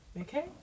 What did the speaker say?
Okay